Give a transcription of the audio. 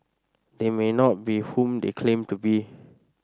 they may not be whom they claim to be